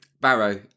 Barrow